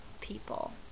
people